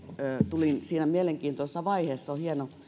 tulin ministeriksi nimenomaisesti siinä mielenkiintoisessa vaiheessa on hieno